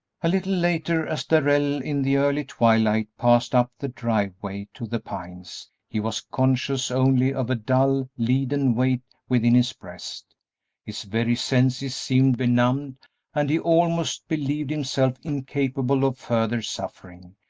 a little later, as darrell in the early twilight passed up the driveway to the pines, he was conscious only of a dull, leaden weight within his breast his very senses seemed benumbed and he almost believed himself incapable of further suffering,